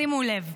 שימו לב: